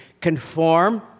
conform